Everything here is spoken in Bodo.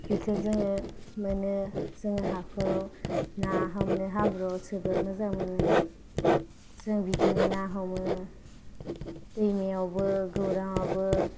बिखो जोंङो मोनो जोंङो हाखराव ना हमनो हाब्रुआव जोबोर मोजां मोनो जोंबिदिनो ना हमो दैमायावबो गौरांआवबो